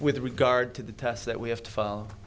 with regard to the tests that we have to file